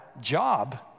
job